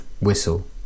whistle